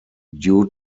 due